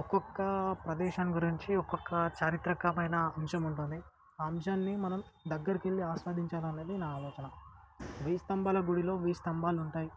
ఒక్కొక్క ప్రదేశాని గురించి ఒక్కొక్క చారిత్రకమైన అంశం ఉంటుంది ఆ అంశాన్ని మనం దగ్గరకెళ్ళి ఆస్వాదించాలనేది నా ఆలోచన వెయ్యి స్తంభాల గుడిలో వెయ్యి స్తంభాలుంటాయి